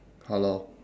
hello